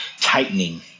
tightening